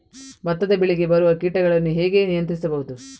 ಭತ್ತದ ಬೆಳೆಗೆ ಬರುವ ಕೀಟಗಳನ್ನು ಹೇಗೆ ನಿಯಂತ್ರಿಸಬಹುದು?